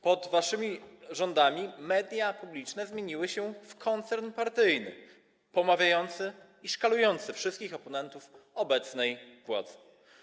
Pod waszymi rządami media publiczne zmieniły się w koncern partyjny pomawiający i szkalujący wszystkich oponentów obecnej władzy.